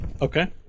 Okay